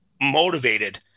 motivated